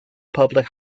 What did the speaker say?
public